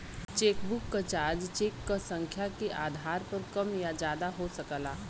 chequebook क charge cheque क संख्या के आधार पर कम या ज्यादा हो सकला